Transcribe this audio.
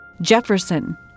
Jefferson